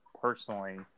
personally